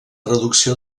reducció